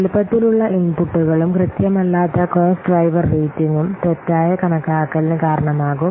വലുപ്പത്തിലുള്ള ഇൻപുട്ടുകളും കൃത്യമല്ലാത്ത കോസ്റ്റ് ഡ്രൈവർ റേറ്റിംഗും തെറ്റായ കണക്കാക്കലിന് കാരണമാകും